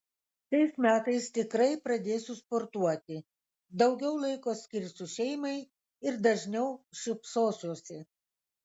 šiais metais tikrai pradėsiu sportuoti daugiau laiko skirsiu šeimai ir dažniau šypsosiuosi